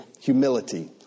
humility